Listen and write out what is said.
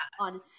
on